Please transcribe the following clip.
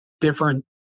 different